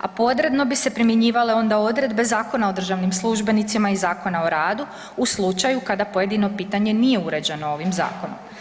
a podredno bi se primjenjivale onda odredbe Zakona o državnim službenicima i Zakona o radu u slučaju kada pojedino pitanje nije uređeno ovom zakonom.